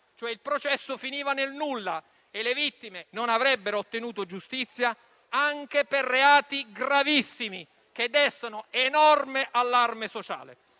cioè il processo finiva nel nulla e le vittime non avrebbero ottenuto giustizia anche per reati gravissimi che destano enorme allarme sociale.